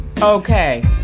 Okay